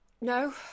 No